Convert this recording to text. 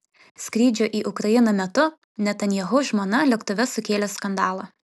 skrydžio į ukrainą metu netanyahu žmona lėktuve sukėlė skandalą